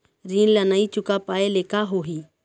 ऋण ला नई चुका पाय ले का होही?